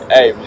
Hey